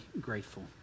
grateful